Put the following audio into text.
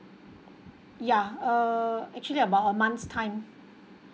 yeah err actually about a month's time